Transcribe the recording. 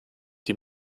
die